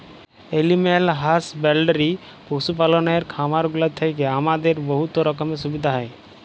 animal husbandry পশু পাললের খামারগুলা থ্যাইকে আমাদের বহুত রকমের সুবিধা হ্যয়